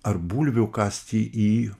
ar bulvių kasti į